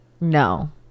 no